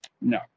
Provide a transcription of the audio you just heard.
No